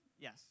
Yes